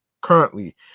currently